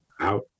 Out